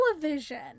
television